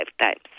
lifetimes